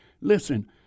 Listen